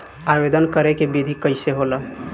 आवेदन करे के विधि कइसे होला?